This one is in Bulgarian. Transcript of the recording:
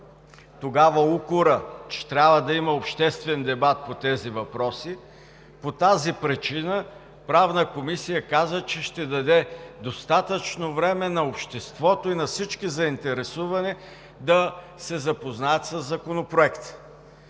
тогава, че трябва да има обществен дебат по тези въпроси. По тази причина Правната комисия каза, че ще даде достатъчно време на обществото и на всички заинтересовани да се запознаят със Законопроекта.